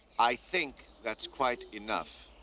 i think that's quite enough.